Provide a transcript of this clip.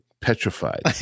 petrified